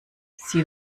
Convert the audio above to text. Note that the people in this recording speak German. sie